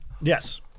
Yes